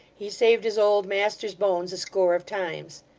he saved his old master's bones a score of times.